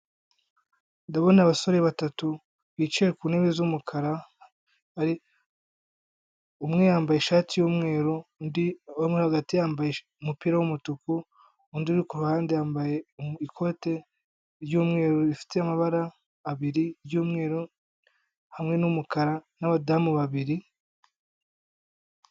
Ndabona abasore batatu bicaye ku ntebe z'umukara, umwe yambaye ishati y'umweru undi urimo hagati yambaye umupira w'umutuku, undi uri ku ruhande yambaye ikote ry'umweru rifite amabara abiri y'umweru hamwe n'umukara n'abadamu babiri.